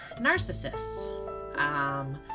narcissists